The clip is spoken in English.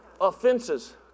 Offenses